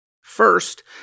First